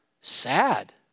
sad